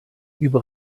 über